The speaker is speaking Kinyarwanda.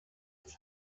rev